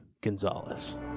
Gonzalez